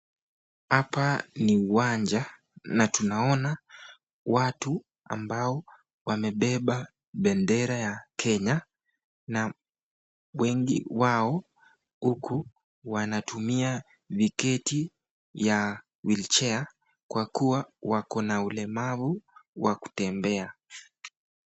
Hapa ni uwanja na tunaona watu ambao wamebeba bendera ya kenya, na wengi wao huku wanatumia viketi ya wheelchair kwa kuwa wako na ulemavu wa kutembea.